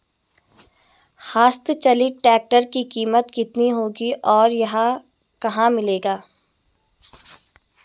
हस्त चलित ट्रैक्टर की कीमत कितनी होगी और यह कहाँ मिलेगा?